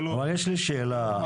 יש לי שאלה.